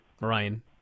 Ryan